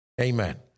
Amen